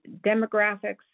demographics